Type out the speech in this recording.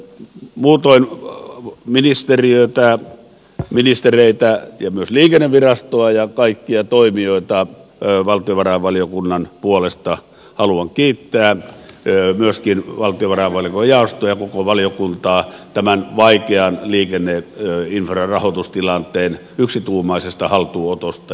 muutoin ministeriötä ministereitä ja myös liikennevirastoa ja kaikkia toimijoita valtiovarainvaliokunnan puolesta haluan kiittää myöskin valtiovarainvaliokunnan jaostoa ja koko valiokuntaa tämän vaikean liikenneinfrarahoitustilanteen yksituumaisesta haltuunotosta ja yhteistyöstä